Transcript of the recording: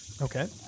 Okay